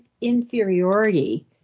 inferiority